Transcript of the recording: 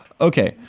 Okay